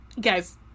Guys